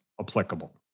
applicable